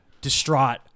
distraught